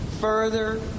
further